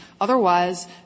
Otherwise